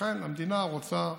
לכן המדינה רוצה בכך.